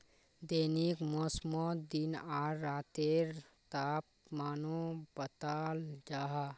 दैनिक मौसमोत दिन आर रातेर तापमानो बताल जाहा